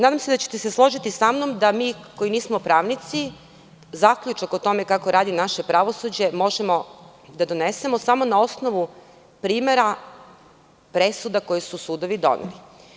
Nadam se da ćete se složiti samnom kada mi, koji nismo pravnici, zaključak o tome kako radi naše pravosuđe možemo da donesemo samo na osnovu primera presuda koje su sudovi doneli.